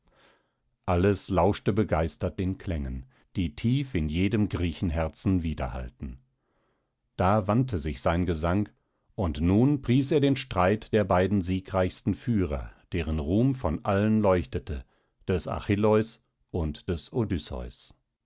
alles lauschte begeistert den klängen die tief in jedem griechenherzen widerhallten da wandte sich sein gesang und nun pries er den streit der beiden siegreichsten führer deren ruhm vor allen leuchtete des achilleus und des odysseus